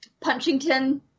Punchington